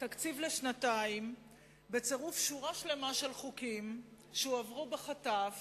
תקציב לשנתיים בצירוף שורה שלמה של חוקים שהועברו בחטף